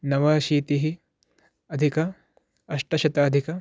नवाशीतिः अधिक अष्टशताधिक